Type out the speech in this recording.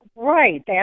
Right